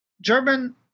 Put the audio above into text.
German